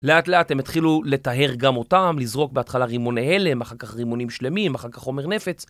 לאט לאט הם התחילו לטהר גם אותם, לזרוק בהתחלה רימוני הלם, אחר כך רימונים שלמים, אחר כך חומר נפץ.